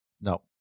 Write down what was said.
No